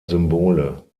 symbole